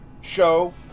show